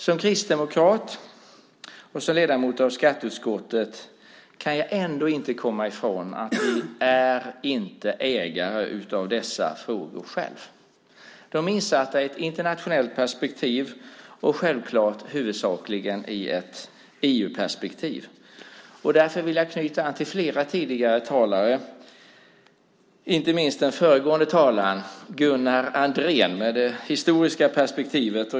Som kristdemokrat och ledamot av skatteutskottet kan jag ändå inte komma ifrån att vi inte själva är ägare av dessa frågor. De är insatta i ett internationellt perspektiv och självklart huvudsakligen i ett EU-perspektiv. Därför vill jag knyta an till flera tidigare talare. Det gäller inte minst den föregående talaren Gunnar Andrén, med det historiska perspektivet.